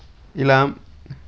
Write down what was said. ఇలా